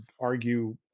argue